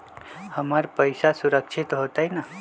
हमर पईसा सुरक्षित होतई न?